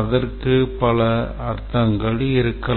அதற்கு பல அர்த்தங்கள் இருக்கலாம்